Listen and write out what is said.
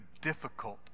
difficult